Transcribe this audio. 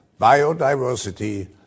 biodiversity